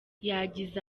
yagize